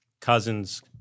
cousins